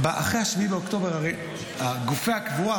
אחרי 7 באוקטובר הרי גופי הקבורה,